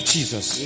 Jesus